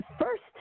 First